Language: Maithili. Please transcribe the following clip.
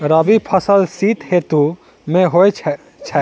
रबी फसल शीत ऋतु मे होए छैथ?